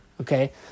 Okay